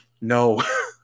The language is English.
No